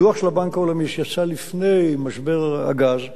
דוח של הבנק העולמי, שיצא לפני משבר הגז,